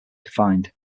defined